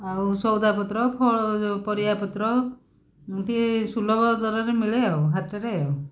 ଆଉ ସଉଦାପତ୍ର ଫଳ ଯେଉଁ ପରିବାପତ୍ର ଏମିତି ସୁଲଭ ଦରରେ ମିଳେ ଆଉ ହାଟେରେ ଆଉ